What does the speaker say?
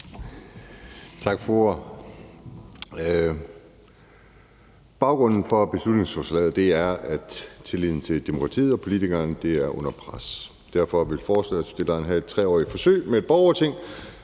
Tak for ordet. Baggrunden for beslutningsforslaget er, at tilliden til demokratiet og politikerne er under pres. Derfor vil forslagsstillerne have et 3-årigt forsøg med et borgerting,